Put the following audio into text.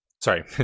Sorry